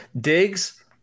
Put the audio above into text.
Diggs